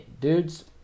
Dudes